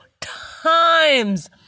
times